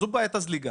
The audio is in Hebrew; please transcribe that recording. זו בעיית הזליגה.